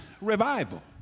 revival